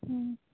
ହୁଁ